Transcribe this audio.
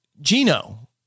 Gino